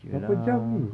iya lah